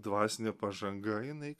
dvasinė pažanga jinai